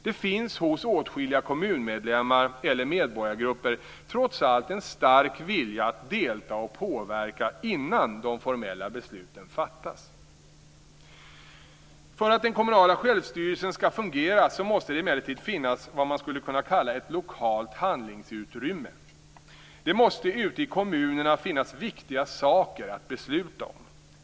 Det finns hos åtskilliga kommunmedlemmar eller medborgargrupper trots allt en stark vilja att delta och påverka innan de formella besluten fattas. För att den kommunala självstyrelsen skall fungera måste det emellertid finnas vad man skulle kunna kalla ett lokalt handlingsutrymme. Det måste ute i kommunerna finnas viktiga saker att besluta om.